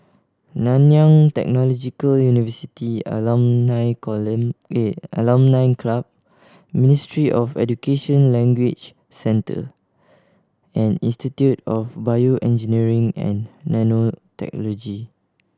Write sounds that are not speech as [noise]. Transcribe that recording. Nanyang Technological University Alumni [unintelligible] at Alumni Club Ministry of Education Language Centre and Institute of BioEngineering and Nanotechnology